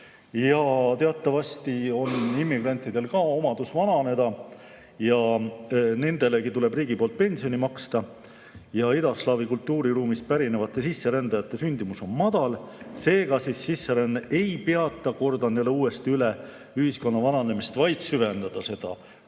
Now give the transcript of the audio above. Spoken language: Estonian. Teatavasti on ka immigrantidel omadus vananeda ja nendelegi tuleb riigi poolt pensioni maksta. Ja idaslaavi kultuuriruumist pärit sisserändajate sündimus on madal, seega sisseränne ei peata, kordan uuesti üle, ühiskonna vananemist, vaid süvendab seda.